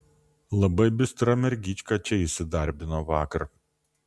labai bistra mergyčka čia įsidarbino vakar